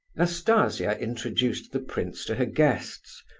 nastasia introduced the prince to her guests,